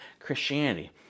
Christianity